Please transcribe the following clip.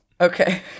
Okay